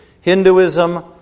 Hinduism